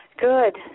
good